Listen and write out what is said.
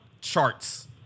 charts